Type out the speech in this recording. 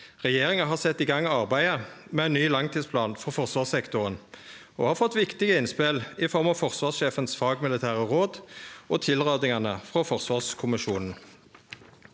Regjeringa har sett i gang arbeidet med ein ny langtidsplan for forsvarssektoren og har fått viktige innspel i form av forsvarssjefens fagmilitære råd og tilrådingane frå forsvarskommisjonen.